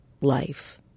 life